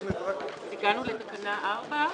הגענו לתקנה 4: